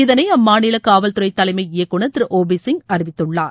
இதனை அம்மாநில காவல் துறை தலைமை இயக்குநர் திரு ஓ பி சிங் அறிவித்துள்ளார்